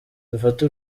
dufate